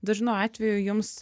dažnu atveju jums